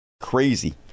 crazy